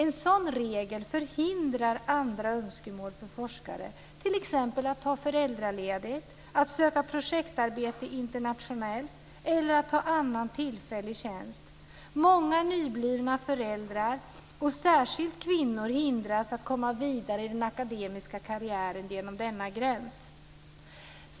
En sådan regel förhindrar andra önskemål för forskare, t.ex. att ta föräldraledigt, att söka projektarbete internationellt eller att ta annan tillfällig tjänst. Många nyblivna föräldrar, och särskilt kvinnor, hindras att komma vidare i den akademiska karriären genom denna gräns.